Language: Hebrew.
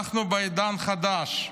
אנחנו בעידן חדש.